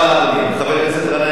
חבר הכנסת גנאים, בבקשה.